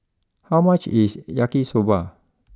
how much is Yaki Soba